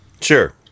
Sure